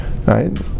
Right